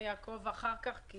אני אעקוב אחר כך כי